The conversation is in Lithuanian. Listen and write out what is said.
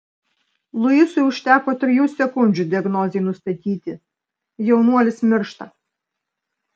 luisui užteko trijų sekundžių diagnozei nustatyti jaunuolis miršta